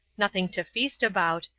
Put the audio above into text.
nothing to feast about,